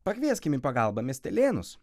pakvieskim į pagalbą miestelėnus